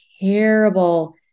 terrible